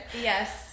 Yes